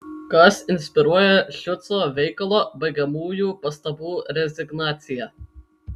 kas inspiruoja šiuco veikalo baigiamųjų pastabų rezignaciją